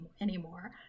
anymore